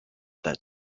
that